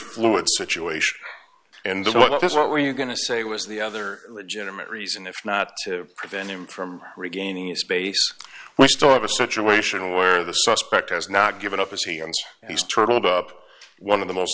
fluid situation and what this what were you going to say was the other legitimate reason if not to prevent him from regaining his base which store of a situation where the suspect has not given up as he and he's totaled up one of the most